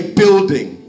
building